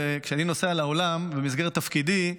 כשאני נוסע בעולם במסגרת תפקידי,